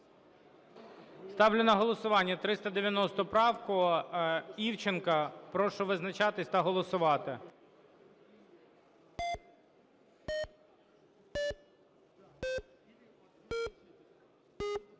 Ставлю на голосування 390 правку Івченка. Прошу визначатись та голосувати. 16:35:35